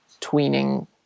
tweening